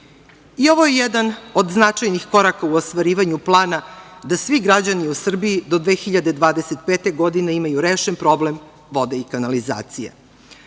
I ovo je jedan od značajnih koraka u ostvarivanju plana da svi građani u Srbiji do 2025. godine imaju rešen problem vode i kanalizacija. Ovde